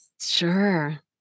sure